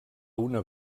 una